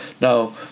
Now